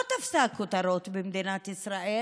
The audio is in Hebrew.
לא תפסה כותרות במדינת ישראל.